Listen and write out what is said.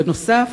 בנוסף,